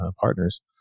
partners